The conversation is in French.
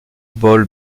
bol